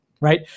right